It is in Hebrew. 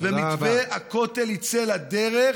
ומתווה הכותל יצא לדרך,